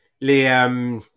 Les